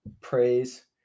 praise